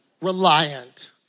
Reliant